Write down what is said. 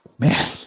Man